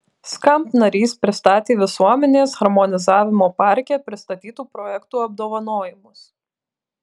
skamp narys pristatė visuomenės harmonizavimo parke pristatytų projektų apdovanojimus